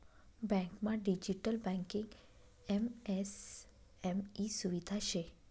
बँकमा digital banking MSME सुविधा शे